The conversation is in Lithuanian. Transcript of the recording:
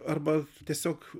arba tiesiog